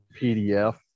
PDF